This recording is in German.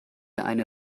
eine